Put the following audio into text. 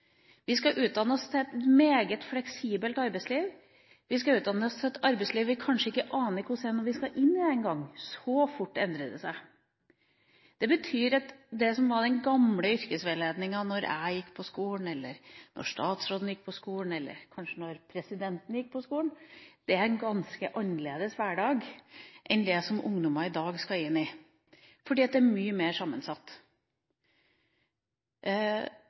Vi skal utdanne oss til et meget fleksibelt arbeidsliv – vi skal utdanne oss til et arbeidsliv vi kanskje ikke aner hvordan vi skal inn i engang. Så fort endrer det seg. Det betyr at den gamle yrkesveiledninga da jeg gikk på skolen, eller da statsråden gikk på skolen – eller kanskje da presidenten gikk på skolen – var rettet mot en ganske annerledes hverdag enn den ungdommer i dag skal inn i, for den er mye mer sammensatt.